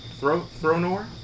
Thronor